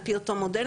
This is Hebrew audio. על פי אותו מודל.